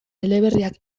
eleberriak